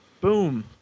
Boom